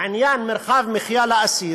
לעניין מרחב מחיה לאסיר,